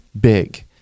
big